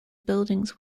buildings